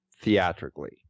theatrically